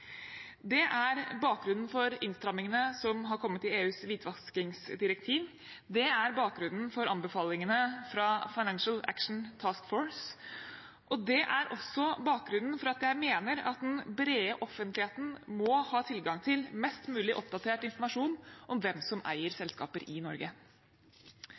Det er bakgrunnen for innstrammingene som har kommet i EUs hvitvaskingsdirektiv. Det er bakgrunnen for anbefalingene fra Financial Action Task Force, og det er også bakgrunnen for at jeg mener at den brede offentligheten må ha tilgang til mest mulig oppdatert informasjon om hvem som eier selskaper i Norge.